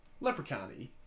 leprechaun-y